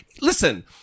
Listen